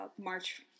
march